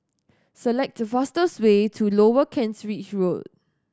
select the fastest way to Lower Kent Ridge Road